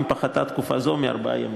אף אם פחתה תקופה זו מארבעה ימים.